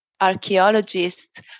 archaeologists